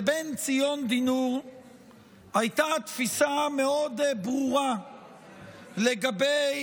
לבן-ציון דינור הייתה תפיסה מאוד ברורה לגבי